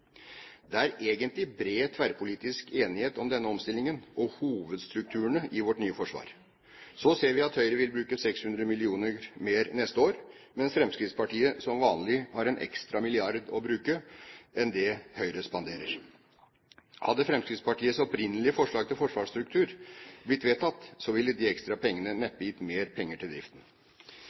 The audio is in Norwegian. Det er egentlig bred, tverrpolitisk enighet om denne omstillingen og om hovedstrukturene i vårt nye forsvar. Så ser vi at Høyre vil bruke 600 mill. kr mer neste år, mens Fremskrittspartiet, som vanlig, har en milliard mer å bruke enn det Høyre spanderer. Hadde Fremskrittspartiets opprinnelige forslag til forsvarsstruktur blitt vedtatt, ville man med de ekstra pengene neppe fått mer til driften.